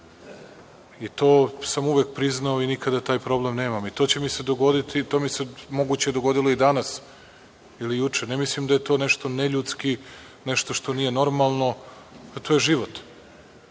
i to sam uvek priznao i nikada taj problem nemam. To mi se moguće dogodilo danas ili juče. Ne mislim da je to nešto ne ljudski, nešto što nije normalno. To je život.